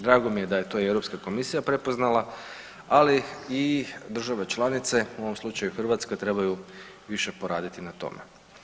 Drago mi je da je to i Europska komisija prepoznala ali i države članice u ovom slučaju Hrvatska trebaju više poraditi na tome.